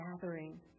gathering